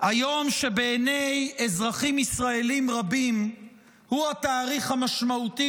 היום שבעיני אזרחים ישראלים רבים הוא התאריך המשמעותי